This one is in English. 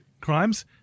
crimes